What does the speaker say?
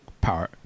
Power